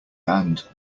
banned